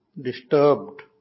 disturbed